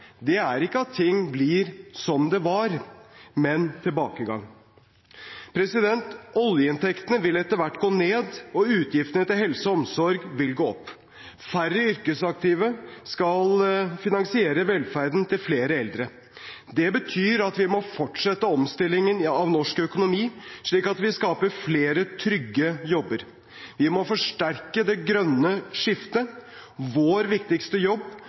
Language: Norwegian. forandring er ikke at ting blir som det var, men tilbakegang. Oljeinntektene vil etter hvert gå ned, og utgiftene til helse og omsorg vil gå opp. Færre yrkesaktive skal finansiere velferden til flere eldre. Det betyr at vi må fortsette omstillingen av norsk økonomi, slik at vi skaper flere trygge jobber. Vi må forsterke det grønne skiftet. Vår viktigste jobb